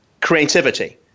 Creativity